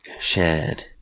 shared